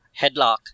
headlock